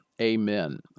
Amen